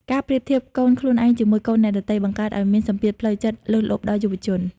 ការប្រៀបធៀបកូនខ្លួនឯងជាមួយកូនអ្នកដទៃ បង្កើតឱ្យមានសម្ពាធផ្លូវចិត្តលើសលប់ដល់យុវជន។